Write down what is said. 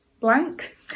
Blank